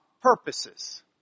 purposes